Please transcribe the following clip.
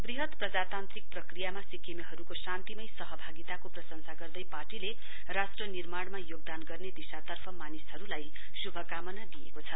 वृहत प्रजातान्त्रिक प्रक्रियामा सिक्किमेहरुको शान्तिमय सहभागिताको प्रशंसा गर्दै पार्टीले राष्ट्र निर्माणमा योगदान गर्ने दिशातर्फ मानिसहरुलाई शुभकामना दिएको छ